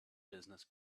business